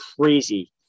crazy –